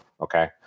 Okay